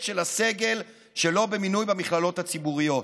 של הסגל שלא במינוי במכללות הציבוריות.